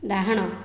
ଡାହାଣ